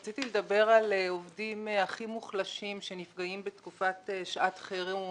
רציתי לדבר על עובדים הכי מוחלשים שנפגעים בתקופת שעת חירום